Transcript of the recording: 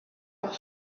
pour